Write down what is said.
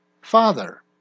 father